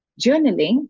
Journaling